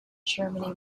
germany